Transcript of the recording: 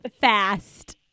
fast